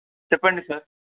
చెప్పండి సార్